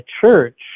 church